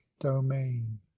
domain